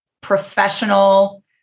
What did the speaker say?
professional